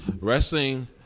wrestling